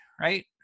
Right